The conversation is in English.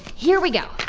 here we go.